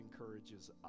encourages